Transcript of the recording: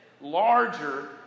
larger